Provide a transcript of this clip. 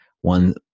One